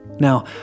Now